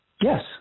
Yes